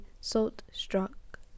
salt-struck